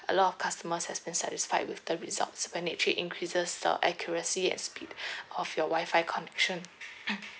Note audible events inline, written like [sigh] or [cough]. a lot of customers has been satisfied with the results when it actually increases the accuracy and speed [breath] of your wifi connection [noise] [coughs]